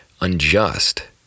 unjust